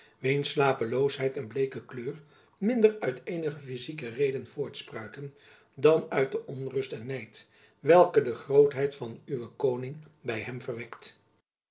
wiens slapeloosheid en bleeke kleur minder uit eenige fyzieke reden voortspruiten dan uit de onrust en nijd welke de grootheid van uwen koning by hem verwekt